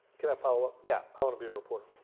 can i follow-up? yeah. i want to be a reporter.